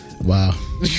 Wow